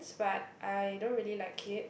but I don't really like kid